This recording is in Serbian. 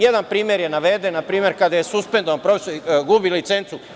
Jedan primer je naveden, npr. kada je suspendovan, profesor gubi licencu.